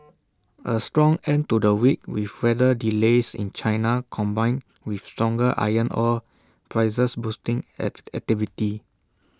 A strong end to the week with weather delays in China combined with stronger iron ore prices boosting act activity